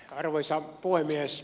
arvoisa puhemies